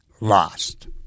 lost